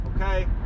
okay